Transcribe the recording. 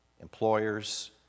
employers